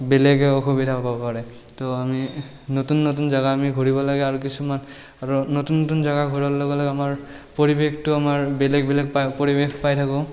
বেলেগে অসুবিধা পাব পাৰে তো আমি নতুন নতুন জেগা আমি ঘূৰিব লাগে আৰু কিছুমান নতুন নতুন জেগা ঘূৰাৰ লগে লগে আমাৰ পৰিবেশটো আমাৰ বেলেগ বেলেগ পৰিবেশ পাই থাকোঁ